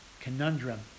conundrum